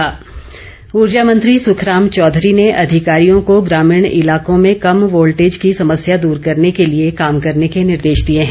सुखराम चौघरी ऊर्जा मंत्री सुखराम चौधरी ने अधिकारियों को ग्रामीण इलाकों में कम वोल्टेज की समस्या दूर करने के लिए काम करने के निर्देश दिए हैं